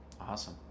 Awesome